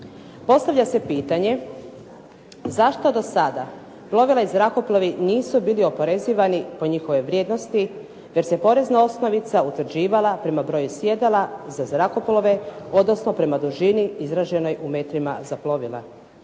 Postavlja se pitanje zašto do sada plovila i zrakoplovi nisu bili oporezivani po njihovoj vrijednosti, …/Govornica se ne razumije./… porezna osnovica utvrđivala prema broju sjedala za zrakoplove, odnosno prema dužini izraženoj u metrima za plovila.